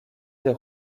des